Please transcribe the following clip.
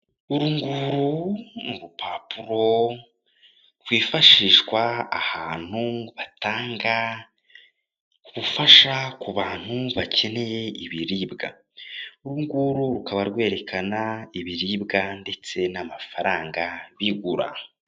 Uru nguru ni urupapuro rwifashishwa ahantu batanga gufasha ku bantu bakeneye ibiribwa, uru nguru rukaba rwerekana ibiribwa ndetse n'amafaranga bigura.